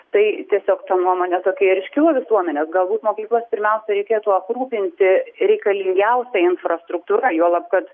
tai tiesiog ta nuomonė tokia ir iškilo visuomenės galbūt mokyklas pirmiausia reikėtų aprūpinti reikalingiausia infrastruktūra juolab kad